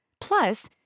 Plus